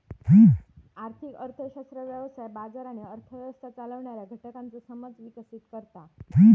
आर्थिक अर्थशास्त्र व्यवसाय, बाजार आणि अर्थ व्यवस्था चालवणाऱ्या घटकांचो समज विकसीत करता